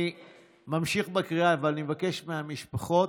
אני ממשיך בקריאה ואני מבקש מהמשפחות: